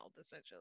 essentially